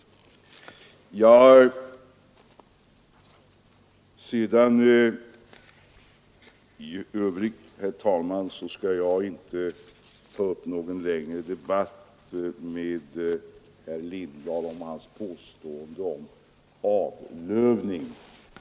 Jag skall i övrigt, herr talman, inte ta upp någon debatt med herr Lindahl om hans påstående om avlövning.